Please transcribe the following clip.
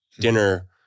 dinner